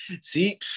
See